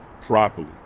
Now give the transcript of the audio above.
properly